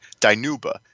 Dinuba